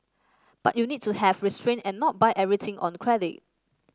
but you need to have restrain and not buy everything on credit